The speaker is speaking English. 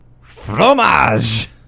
fromage